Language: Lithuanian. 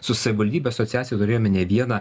su savivaldybių asociacija turėjome ne vieną